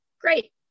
Great